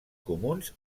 comuns